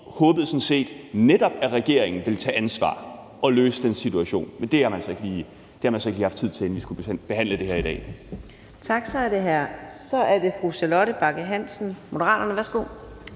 håbede sådan set netop, at regeringen ville tage ansvar og løse den situation. Men det har man så ikke lige haft tid til, inden vi skulle behandle det her i dag. Kl. 11:33 Fjerde næstformand (Karina Adsbøl): Tak. Så det er fru Charlotte Bagge Hansen, Moderaterne. Værsgo.